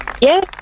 Yes